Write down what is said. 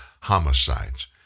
homicides